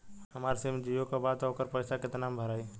हमार सिम जीओ का बा त ओकर पैसा कितना मे भराई?